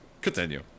Continue